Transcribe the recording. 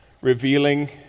revealing